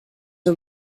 are